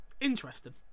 interesting